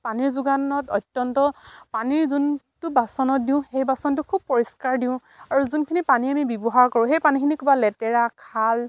পানীৰ যোগানত অত্যন্ত পানীৰ যোনটো বাচনত দিওঁ সেই বাচনটো খুব পৰিষ্কাৰ দিওঁ আৰু যোনখিনি পানী আমি ব্যৱহাৰ কৰোঁ সেই পানীখিনি ক'বা লেতেৰা খাল